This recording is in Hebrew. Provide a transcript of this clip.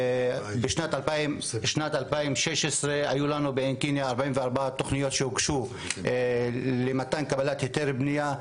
בשנת 2016 היו לנו בעין קנייא 44 תוכניות שהוגשו למתן קבלת היתר בנייה,